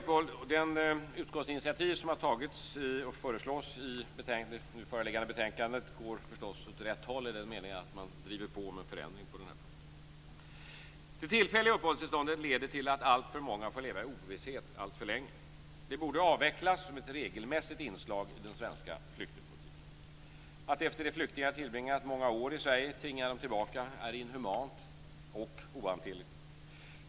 Det utskottsinitiativ som föreslås i det nu föreliggande betänkandet går förstås åt rätt håll, i den meningen att man driver på om en förändring på den här punkten. Det tillfälliga uppehållstillståndet leder till att alltför många får leva i ovisshet alltför länge. Det borde avvecklas som ett regelmässigt inslag i den svenska flyktingpolitiken. Att efter det att flyktingar tillbringat många år i Sverige tvinga dem tillbaka är inhumant och ohanterligt.